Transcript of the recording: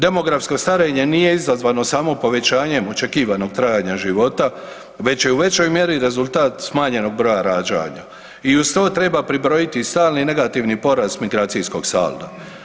Demografsko starenje nije izazvano samo povećanjem očekivanog trajanja života već je u većoj mjeri rezultat smanjenog broja rađanja i uz to treba pribrojiti stalni i negativni porast migracijskog salda.